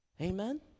Amen